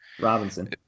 Robinson